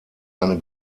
eine